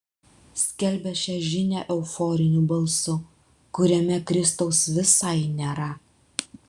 skelbia šią žinią euforiniu balsu kuriame kristaus visai nėra